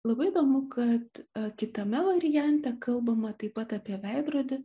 labai įdomu kad kitame variante kalbama taip pat apie veidrodį